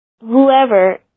whoever